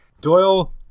Doyle